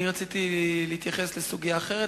אני רציתי להתייחס לסוגיה אחרת,